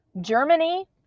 Germany